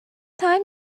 time